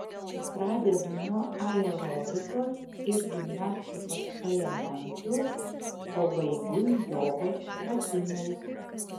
pradedu nuo aerobikos ir gimnastikos elementų o baigiu jogos pratimais